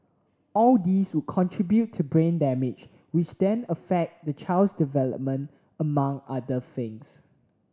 all these would contribute to brain damage which then affect the child's development among other things